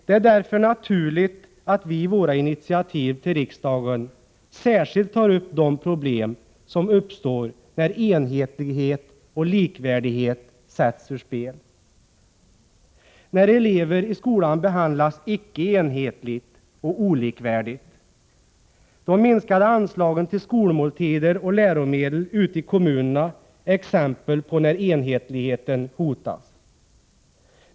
Det är därför naturligt att vi i våra initiativ till riksdagen särskilt tar upp de problem som uppstår när enhetlighet och likvärdighet sätts ur spel, när elever i skolan behandlas icke-enhetligt och olikvärdigt. De minskade anslagen till skolmåltider och läromedel ute i kommunerna är exempel på när enhetligheten hotas.